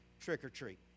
trick-or-treat